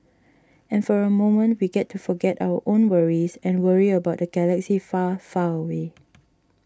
and for a moment we get to forget our own worries and worry about the galaxy far far away